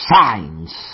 signs